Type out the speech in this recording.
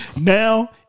Now